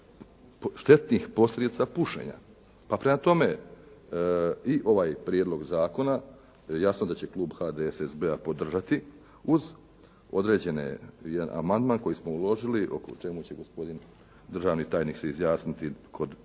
štetnih posljedica pušenja. Pa prema tome i ovaj prijedlog zakona jasno da će klub HDSSB-a podržati uz određen jedan amandman koji smo uložili o čemu će gospodin državni tajnik se izjasniti kod